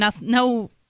no